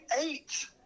eight